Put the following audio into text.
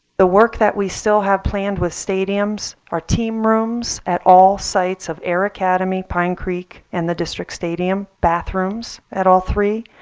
the work that we still have planned with stadiums are team rooms at all sites of air academy, pine creek, and the district stadium, bathrooms at all three,